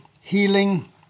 healing